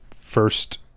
first